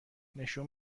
نشون